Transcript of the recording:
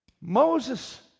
Moses